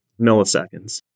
milliseconds